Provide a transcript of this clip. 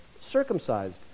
circumcised